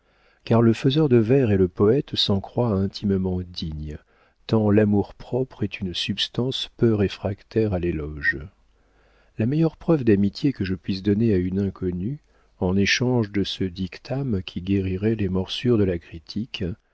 car le faiseur de vers et le poëte s'en croient intimement dignes tant l'amour-propre est une substance peu réfractaire à l'éloge la meilleure preuve d'amitié que je puisse donner à une inconnue en échange de ce dictame qui guérirait les morsures de la critique